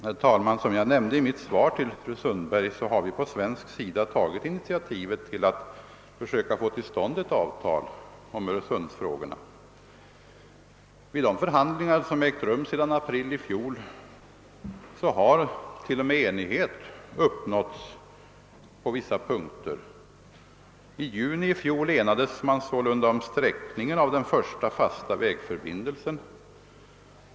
Herr talman! Jag nämnde i mitt svar till fru Sundberg att vi från svensk sida tagit initiativet till försöken att få till stånd ett avtal om Öresundsfrågorna. Vid de förhandlingar som ägt rum sedan april förra året har t.o.m. enighet uppnåtts på vissa punkter. I juni i fjol enades man sålunda om sträckningen av den första fasta vägförbindelsen.